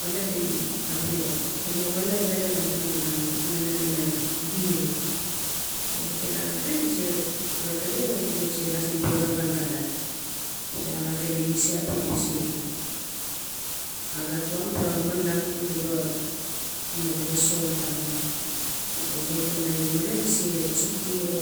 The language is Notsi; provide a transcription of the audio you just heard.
Xolot in abia o no xolot lalon abia mara nanan ina mara bil gem ba se la xalkale gem ba se xalkale nagali gem ba se la sin biaxa xhan xolot ba se la xalkale lisi abia di se a gat wanpela malang di ba di ba sol taman di na sol taman aia malang di se tsupk o